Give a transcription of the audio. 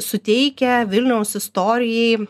suteikia vilniaus istorijai